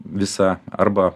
visą arba